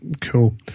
cool